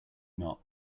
not